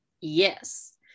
Yes